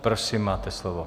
Prosím, máte slovo.